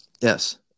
Yes